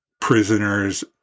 prisoners